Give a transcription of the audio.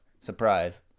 Surprise